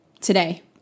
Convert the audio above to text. today